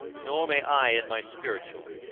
nor may i in my spiritual.